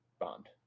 Bond